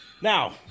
Now